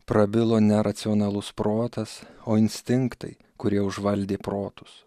prabilo ne racionalus protas o instinktai kurie užvaldė protus